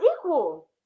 equal